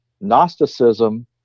Gnosticism